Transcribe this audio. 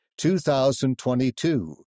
2022